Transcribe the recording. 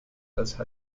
als